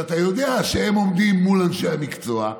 כשאתה יודע שהם עומדים מול אנשי המקצוע,